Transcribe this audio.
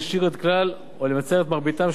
או למצער את מרביתם של העובדים העוסקים בכל